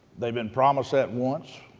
they've been promised that once,